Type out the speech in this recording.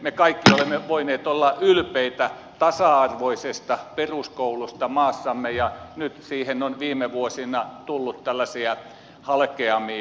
me kaikki olemme voineet olla ylpeitä tasa arvoisesta peruskoulusta maassamme ja nyt siihen on viime vuosina tullut tällaisia halkeamia